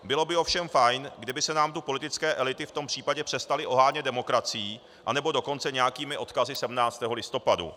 Bylo by ovšem fajn, kdyby se nám tu politické elity v tom případě přestaly ohánět demokracií, anebo dokonce nějakými odkazy 17. listopadu.